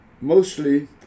mostly